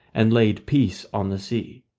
and laid peace on the sea.